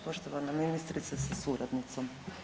Poštovana ministrice sa suradnicom.